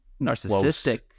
narcissistic